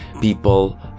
people